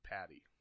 patty